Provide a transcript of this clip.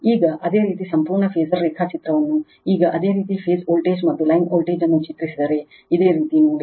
ಈಗ ಅದೇ ರೀತಿ ಸಂಪೂರ್ಣ ಫಾಸರ್ ರೇಖಾಚಿತ್ರವನ್ನು ಈಗ ಅದೇ ರೀತಿ ಫೇಸ್ ವೋಲ್ಟೇಜ್ ಮತ್ತು ಲೈನ್ ವೋಲ್ಟೇಜ್ ಅನ್ನು ಚಿತ್ರಿಸುತ್ತಿದ್ದರೆ ಇದೇ ರೀತಿ ನೋಡಿ